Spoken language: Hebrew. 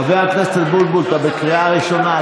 חבר הכנסת אבוטבול, אתה בקריאה ראשונה.